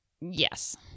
Yes